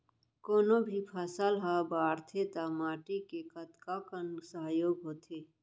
कोनो भी फसल हा बड़थे ता माटी के कतका कन सहयोग होथे?